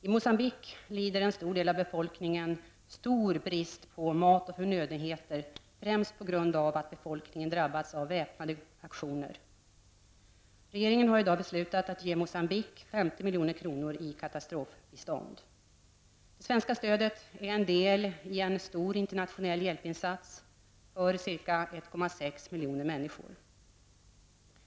I Moçambique lider en stor del av befolkningen stor brist på mat och förnödenheter främst på grund av att befolkningen drabbats av väpnade aktioner. Regeringen har i dag beslutat ge Moçambique 50 Det svenska stödet är en del i en stor internationell hjälpinsats för ca 1,6 miljoner människor.